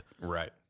Right